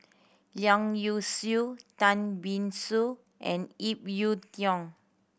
Leong Yee Soo Tan See Boo and Ip Yiu Tung